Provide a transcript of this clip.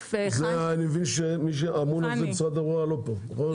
אני מבין שמי שאמון על זה לא פה, נכון?